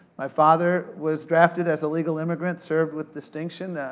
my father was drafted as a legal immigrant, served with distinction,